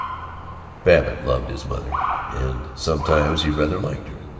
babbitt loved his mother, and sometimes he rather liked her,